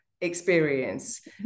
experience